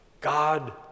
God